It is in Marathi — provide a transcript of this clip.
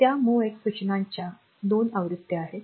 त्या MOVX सूचनांच्या 2 आवृत्त्या आहेत